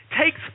takes